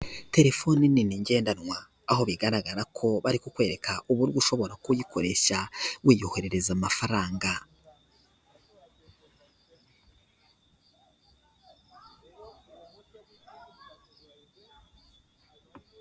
Telefone nini ngendanwa aho bigaragara ko bari kukwereka uburyo ushobora kuyikoresha wiyoherereza amafaranga.